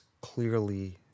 clearly